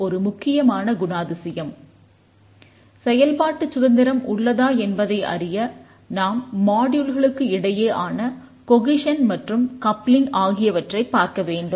ஒரு முக்கியமான குணாதிசயம் மாடுலாரிட்டி ஆகியவற்றைப் பார்க்க வேண்டும்